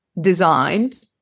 designed